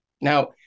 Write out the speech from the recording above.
Now